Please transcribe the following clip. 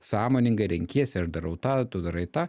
sąmoningai renkiesi aš darau tą tu darai tą